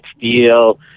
deal